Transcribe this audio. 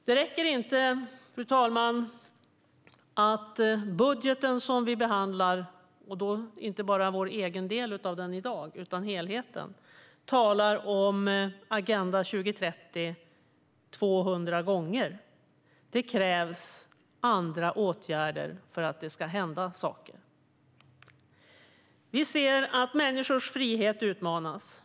Det räcker inte, fru talman, att man i budgeten som vi behandlar - och då menar jag inte bara vår egen del av den, som vi behandlar i dag, utan helheten - talar 200 gånger om Agenda 2030. Det krävs andra åtgärder för att det ska hända saker. Vi ser att människors frihet utmanas.